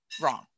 Wrong